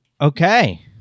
Okay